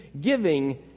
giving